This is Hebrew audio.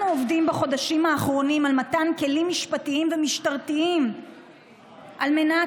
אנחנו עובדים בחודשים האחרונים על מתן כלים משפטיים ומשטרתיים על מנת